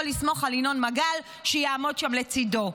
יכול לסמוך על ינון מגל שיעמוד שם לצידו.